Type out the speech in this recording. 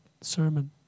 sermon